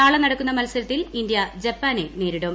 നാളെ നടക്കുന്ന മത്സരത്തിൽ ഇന്ത്യ ജപ്പാനെ നേരിടും